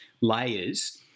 layers